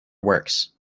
works